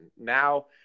Now